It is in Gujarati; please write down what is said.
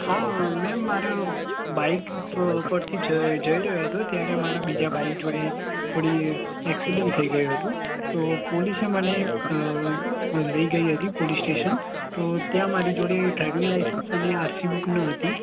હા મેમ મારા બાઈક ઉપરથી જઈ રહ્યો હતો ત્યારે મારા બીજા બાઈક જોડે થોડી એક્સિડન્ટ થઈ ગયું હતું તો પોલીસે મને લઈ ગઈ હતી પોલીસ સ્ટેશન તો ત્યાં મારી જોડે ડ્રાઈવિંગ લાયસન્સ અને આરસી બુક ન હતી